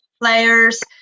players